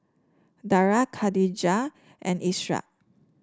Dara Katijah and Ishak